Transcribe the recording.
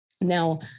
Now